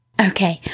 Okay